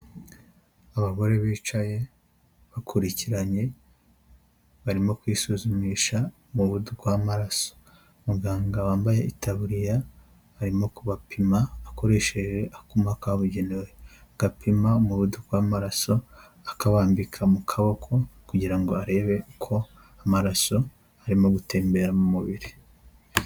Abagore bicaye bakurikiranye barimo kwisuzumisha umuvuduko w'amaraso, muganga wambaye itaburiya arimo kubapima akoresheje akuma kabugenewe gapima umuvuduko w'amaraso, akabambika mu kaboko kugira ngo arebe uko amaraso arimo gutembera mu mubiri.